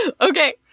Okay